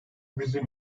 bizim